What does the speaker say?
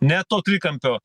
ne to trikampio